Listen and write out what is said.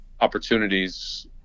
opportunities